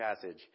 passage